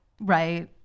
right